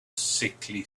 sickly